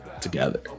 together